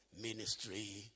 Ministry